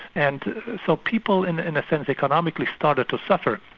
and so people in in a sense, economically, started to suffer.